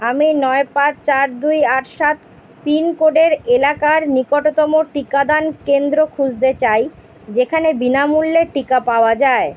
আমি নয় পাঁচ চার দুই আট সাত পিনকোডের এলাকার নিকটতম টিকাদান কেন্দ্র খুঁজতে চাই যেখানে বিনামূল্যে টিকা পাওয়া যায়